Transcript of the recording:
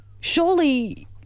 surely